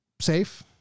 safe